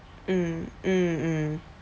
mm mm mm